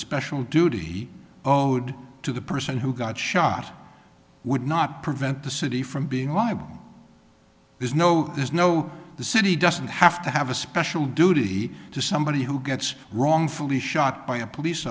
special duty oh due to the person who got shot would not prevent the city from being my book there's no there's no the city doesn't have to have a special duty to somebody who gets wrongfully shot by a police